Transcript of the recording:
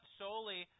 solely